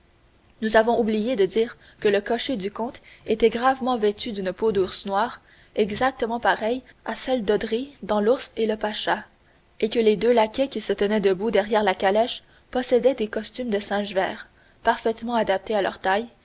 nous avons oublié de dire que le cocher du comte était gravement vêtu d'une peau d'ours noir exactement pareille à celle d'odry dans l'ours et le pacha et que les deux laquais qui se tenaient debout derrière la calèche possédaient des costumes de singe vert parfaitement adaptés à leurs tailles